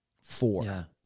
Four